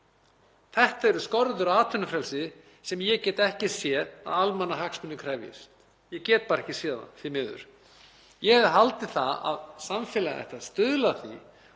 Þetta eru skorður á atvinnufrelsi sem ég get ekki séð að almannahagsmunir krefjist. Ég get bara ekki séð það, því miður. Ég hefði haldið það að samfélagið ætti að